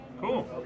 Cool